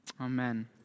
Amen